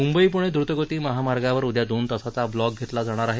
म्ंबई प्णे द्रतगती महामार्गावर उदया दोन तासाचा ब्लॉक घेतला जाणार आहे